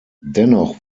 dennoch